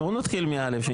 בואו נתחיל מ-א'.